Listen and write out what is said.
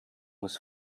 was